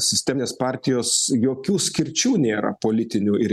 sisteminės partijos jokių skirčių nėra politinių ir